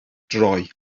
droi